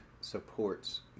supports